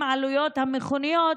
עם עלויות המכוניות,